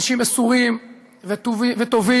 אנשים מסורים וטובים,